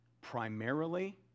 primarily